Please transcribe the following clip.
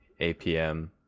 APM